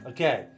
Okay